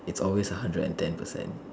it's always a hundred and ten percent